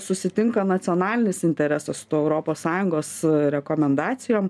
susitinka nacionalinis interesas su tuo europos sąjungos rekomendacijom